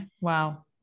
wow